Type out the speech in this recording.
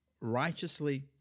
righteously